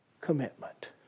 commitment